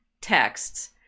texts